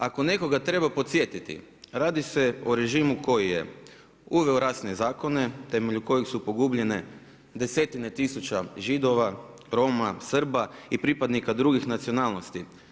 Ako nekoga treba podsjetiti, radi se o režimu koji je uveo rasne zakone, temeljem kojeg su pogubljene desetine tisuća Židova, Roma, Srba i pripadnika drugih nacionalnosti.